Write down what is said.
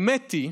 האמת היא,